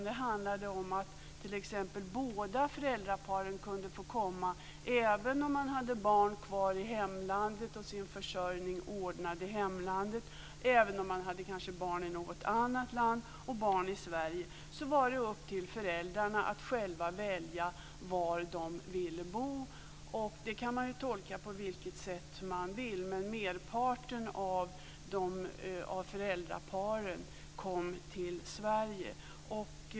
Det handlade om att t.ex. båda föräldraparen kunde få komma även om de hade barn kvar i hemlandet och sin försörjning ordnad i hemlandet. Även om de kanske hade barn i något annat land och barn i Sverige var det upp till föräldrarna att själva välja var de ville bo. Det kan man tolka på vilket sätt man vill. Merparten av föräldraparen kom till Sverige.